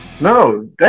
No